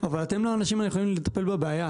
אבל אתם לא האנשים הנכונים לטפל בבעיה,